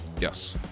Yes